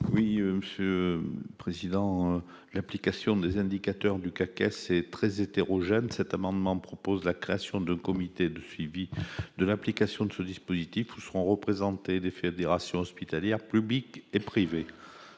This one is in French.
Oui Monsieur Président : l'application des indicateurs du CAC, c'est très hétérogène, cet amendement propose la création de comités de suivi de l'application de ce dispositif où seront représentés des fédérations hospitalières publiques et privées,